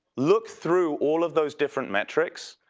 look through all of those different metrics,